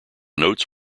notes